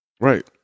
Right